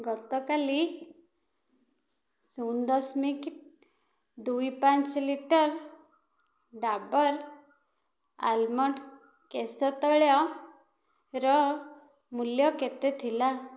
ଗତକାଲି ଶୂନ ଦଶମିକ ଦୁଇ ପାଞ୍ଚ ଲିଟର ଡାବର୍ ଆଲମଣ୍ଡ୍ କେଶ ତୈଳର ମୂଲ୍ୟ କେତେ ଥିଲା